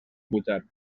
pujar